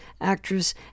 actress